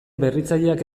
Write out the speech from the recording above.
berritzaileak